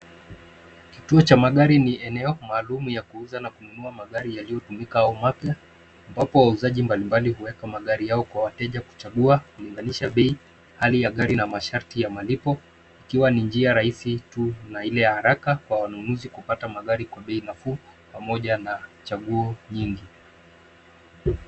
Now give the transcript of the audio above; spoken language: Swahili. Kituo cha magari ni eneo maalum, ya kuuza magari na kununua magari yaliotumika, au mapya, ambapo wauzaji mbalimbali huweka magari yao kwa wateja kuchagua, ikilinganisha bei, hali ya magari na masharti ya malipo, ikiwa njia ya rahisi tu, na ile ya haraka, kwa wanunuzi kupata magari kwa bei nafuu, pamoja na , chaguo nyingi.